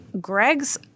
Greg's